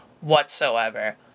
whatsoever